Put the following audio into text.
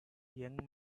young